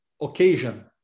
occasion